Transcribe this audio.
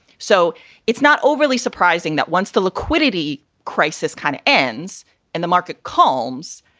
so it's not overly surprising that once the liquidity crisis kind of ends and the market calms,